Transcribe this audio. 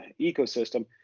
ecosystem